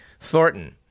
Thornton